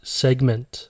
segment